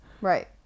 right